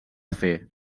fer